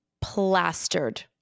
plastered